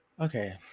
Okay